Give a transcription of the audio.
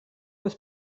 was